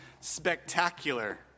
spectacular